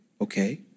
Okay